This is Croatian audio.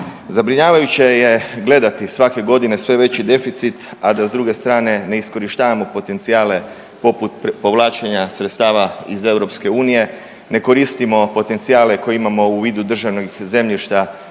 Zabrinjavajuće je gledati svake godine sve veći deficit, a da s druge strane ne iskorištavamo potencijale poput povlačenja sredstava iz EU, ne koristimo potencijale koje imamo u vidu državnih zemljišta